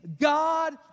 God